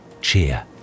cheer